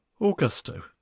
Augusto